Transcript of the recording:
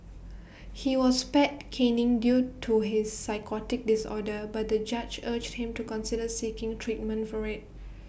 he was spared caning due to his psychotic disorder but the judge urged him to consider seeking treatment for IT